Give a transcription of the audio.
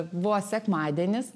buvo sekmadienis